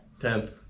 10th